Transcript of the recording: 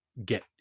get